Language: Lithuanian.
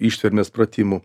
ištvermės pratimų